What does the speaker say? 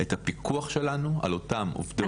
את הפיקוח שלנו על אותם עובדי הוראה.